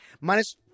minus